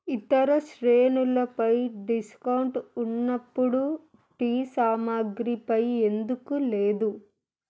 ఇతర శ్రేణులపై డిస్కౌంట్ఫ్ ఉన్నప్పుడు టీ సామాగ్రిపై ఎందుకు లేదు